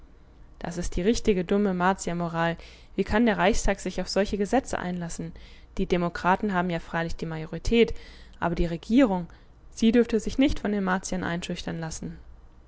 das ist die richtige dumme martiermoral wie kann der reichstag sich auf solche gesetze einlassen die demokraten haben ja freilich die majorität aber die regierung sie dürfte sich nicht von den martiern einschüchtern lassen